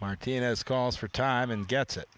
martinez calls for time and gets it